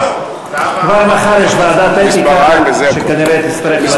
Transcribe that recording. כבר מחר יש ועדת אתיקה שכנראה תצטרך לדון בהתנהגות הזאת.